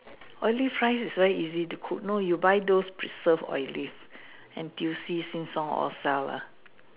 Olive rice is so easy to cook no you buy those preserve Olive N_T_U_C Sheng-Siong all sell ah